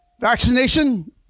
vaccination